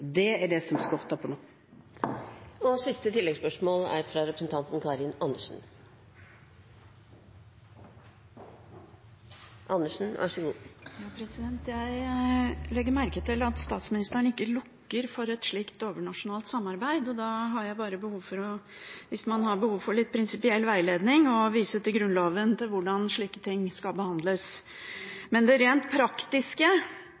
Det er det som det skorter på nå. Karin Andersen ‒ til oppfølgingsspørsmål. Jeg legger merke til at statsministeren ikke lukker for et slikt overnasjonalt samarbeid, og da har jeg behov for – hvis man har behov for litt prinsipiell veiledning – å vise til Grunnloven for hvordan slike ting skal